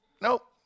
Nope